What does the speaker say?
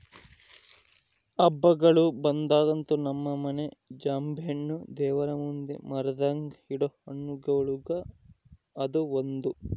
ಹಬ್ಬಗಳು ಬಂದಾಗಂತೂ ನಮ್ಮ ಮನೆಗ ಜಾಂಬೆಣ್ಣು ದೇವರಮುಂದೆ ಮರೆದಂಗ ಇಡೊ ಹಣ್ಣುಗಳುಗ ಅದು ಒಂದು